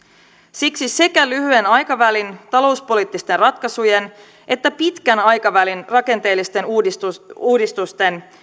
siksi sekä lyhyen aikavälin talouspoliittisten ratkaisujen että pitkän aikavälin rakenteellisten uudistusten uudistusten